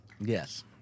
Yes